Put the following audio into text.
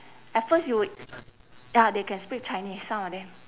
at first you would ya they can speak chinese some of them